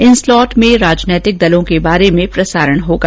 इन slot में राजनीतिक दलों के बारे में प्रसारण होगा